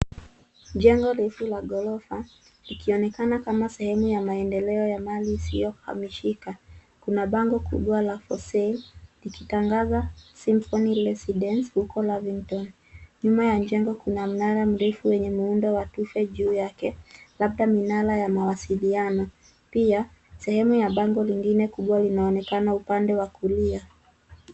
Jengo refu la ghorofa likionekana kama sehemu ya maendeleo ya mali isiyohamishika. Kuna bango kubwa la for sale likitangaza Symphony Residence huko Lavington. Nyuma ya jengo kuna mnara mrefu wenye muundo wa tufe juu yake labda minara ya mawasiliano. Pia sehemu ya bango lingine linaonekana upande wa kulia.